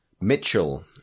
Mitchell